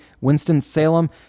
Winston-Salem